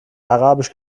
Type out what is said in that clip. arabisch